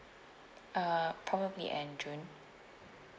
uh probably end june